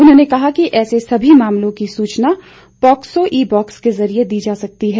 उन्होंने कहा कि ऐसे सभी मामलों की सूचना पोक्सो ई बाक्स के जरिए दी जा सकती है